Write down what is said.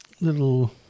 little